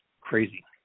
Crazy